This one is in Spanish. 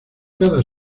cada